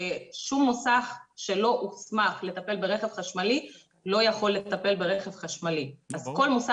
שום מוסך שלא הוסמך לטפל ברכב חשמלי לא יכול לטפל ברכב חשמלי לא יכול